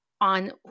on